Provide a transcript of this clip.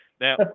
now